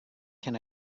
can